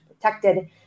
protected